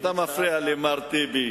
אתה מפריע לי, מר טיבי.